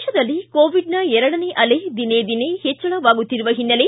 ದೇಶದಲ್ಲಿ ಕೋವಿಡ್ನ ಎರಡನೇ ಅಲೆ ದಿನೇ ದಿನೇ ಹೆಚ್ಚಳವಾಗುತ್ತಿರುವ ಹಿನ್ನೆಲೆ